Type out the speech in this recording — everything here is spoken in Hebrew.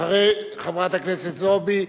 אחרי חברת הכנסת זועבי,